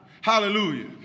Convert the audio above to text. Hallelujah